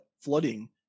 flooding